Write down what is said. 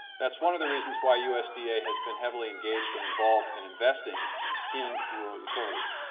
that's one of the reasons why usda has been heavily engaged and involved in investing in rural utilities.